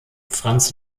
franz